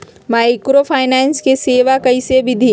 Microfinance के सेवा कइसे विधि?